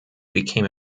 became